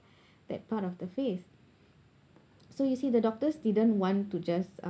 that part of the face so you see the doctors didn't want to just